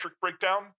breakdown